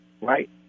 right